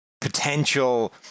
potential